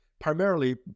primarily